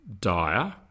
dire